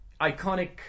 iconic